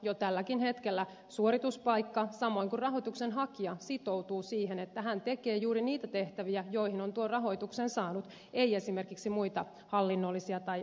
jo tälläkin hetkellä suorituspaikka samoin kuin rahoituksen hakija sitoutuu siihen että hän tekee juuri niitä tehtäviä joihin on tuon rahoituksen saanut ei esimerkiksi muita hallinnollisia tai opetustehtäviä